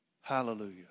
Hallelujah